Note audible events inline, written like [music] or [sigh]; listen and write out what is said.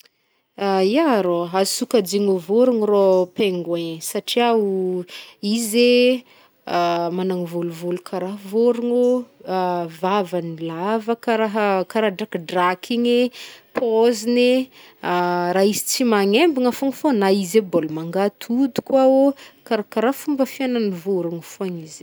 [hesitation] Ia rô! Azo sokajin voron rô pingouin satria [hesitation] izy e, [hesitation] magnano volovolo karaha voronô, [hesitation] vavany lava karaha- kara drakidraky igny, pôzigny [hesitation] raha izy tsy magnembogna fônfôn na izy e mbôl mangatody ko aô, kar- karaha fomba fiainan'ny vôrogno fôn izy e.